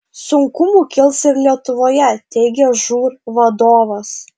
sunkumų kils ir lietuvoje teigia žūr vadovas